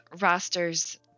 rosters